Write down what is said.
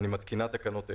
אני מתקינה תקנות אלה: